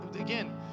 again